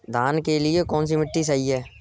धान के लिए कौन सी मिट्टी सही है?